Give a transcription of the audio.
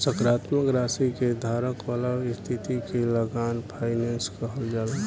सकारात्मक राशि के धारक वाला स्थिति के लॉन्ग फाइनेंस कहल जाला